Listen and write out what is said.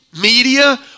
media